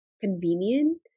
convenient